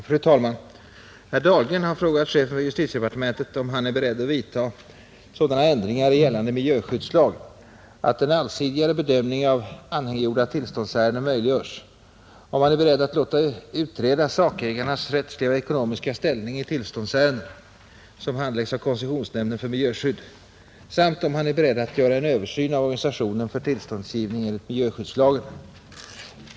Fru talman! Herr Dahlgren har frågat chefen för justitiedepartementet om han är beredd att vidta sådana ändringar i gällande miljöskyddslag att en allsidigare bedömning av anhängiggjorda tillståndsärenden möjliggörs, om han är beredd att låta utreda sakägarnas rättsliga och ekonomiska ställning i tillståndsärenden, som handläggs av koncessionsnämnden för miljöskydd, samt om han är beredd att göra en översyn av organisationen för tillståndsgivning enligt miljöskyddslagen.